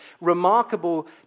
remarkable